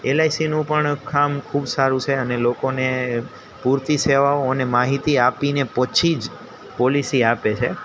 L I સીનું પણ કામ ખૂબ સારું છે અને લોકોને પૂરતી સેવાઓ અને માહિતી આપીને પછી જ પોલિસી આપે છે